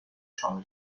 شامل